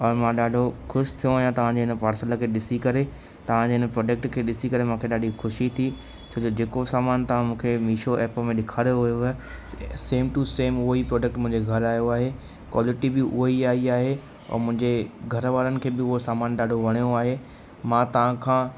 और मां ॾाढो ख़ुशि थियो आहियां तव्हां जे हिन पार्सल खे ॾिसी करे तव्हां जे इन प्रोडक्ट खे ॾिसी करे मूंखे ॾाढी ख़ुशी थी छो जो जेको सामान था मूंखे मिशो ऐप में ॾेखारियो हुयोव सेम टू सेम उहो ई प्रोडक्ट मुंहिंजे घर आयो आहे क्वालिटी बि उहा ई आई आहे और मुंहिंजे घर वारनि खे बि उहो सामान ॾाढो वणियो आहे मां तव्हां खां